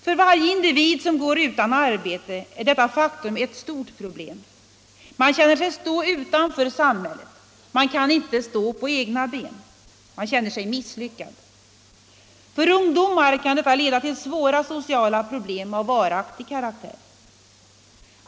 För varje individ som går utan arbete är detta faktum ett stort problem. Man känner sig stå utanför samhället, man kan inte stå på egna ben, man känner sig misslyckad. För ungdomar kan det leda till svåra sociala problem av varaktig karaktär.